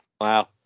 Wow